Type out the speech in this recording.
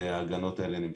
ההגנות האלה נמשכות.